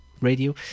radio